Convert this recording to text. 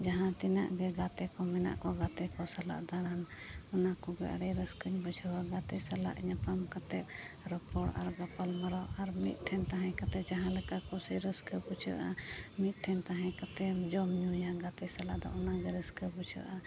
ᱡᱟᱦᱟᱸ ᱛᱤᱱᱟᱹᱜ ᱜᱮ ᱜᱟᱛᱮ ᱠᱚ ᱢᱮᱱᱟᱜ ᱠᱚ ᱜᱟᱛᱮ ᱠᱚ ᱥᱟᱞᱟᱜ ᱫᱟᱬᱟᱱ ᱚᱱᱟ ᱠᱚᱜᱮ ᱟᱹᱰᱤ ᱨᱟᱹᱥᱠᱟᱹᱧ ᱵᱩᱡᱷᱟᱹᱣᱟ ᱜᱟᱛᱮ ᱥᱟᱞᱟᱜ ᱧᱟᱯᱟᱢ ᱠᱟᱛᱮᱫ ᱨᱚᱯᱚᱲ ᱟᱨ ᱜᱟᱯᱟᱞᱢᱟᱨᱟᱣ ᱟᱨ ᱢᱤᱫᱴᱷᱮᱱ ᱛᱟᱦᱮᱸ ᱠᱟᱛᱮ ᱡᱟᱦᱟᱸ ᱞᱮᱠᱟ ᱠᱩᱥᱤ ᱨᱟᱹᱥᱠᱟᱹ ᱵᱩᱡᱷᱟᱹᱜᱼᱟ ᱢᱤᱫᱴᱷᱮᱱ ᱛᱟᱦᱮᱸ ᱠᱟᱛᱮᱱ ᱡᱚᱢ ᱧᱩᱭᱟ ᱜᱟᱛᱮ ᱥᱟᱞᱟᱜ ᱚᱱᱟᱜᱮ ᱨᱟᱹᱥᱠᱟᱹ ᱵᱩᱡᱷᱟᱹᱜᱼᱟ